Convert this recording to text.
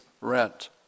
rent